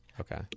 Okay